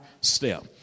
step